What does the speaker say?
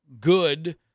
good